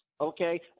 okay